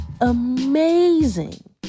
amazing